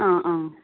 ആ ആ